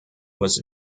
was